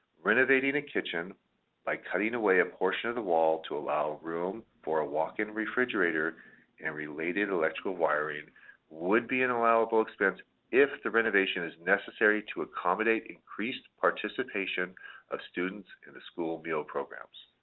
renovating a kitchen by cutting away a portion of the wall to allow room for a walk-in refrigerator and related electrical wiring would be an allowable expense if the renovation is necessary to accommodate increased participation of students in the school meal programs.